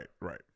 right